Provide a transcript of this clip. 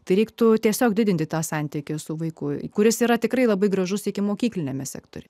tai reiktų tiesiog didinti tą santykį su vaiku kuris yra tikrai labai gražus ikimokykliniame sektoriuje